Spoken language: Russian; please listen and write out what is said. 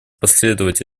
последовать